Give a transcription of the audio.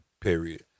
Period